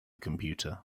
computer